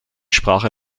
sprache